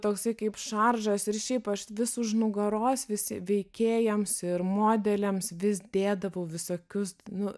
toks kaip šaržas ir šiaip aš vis už nugaros visi veikėjams ir modeliams vis dėdavau visokius nu